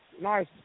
nice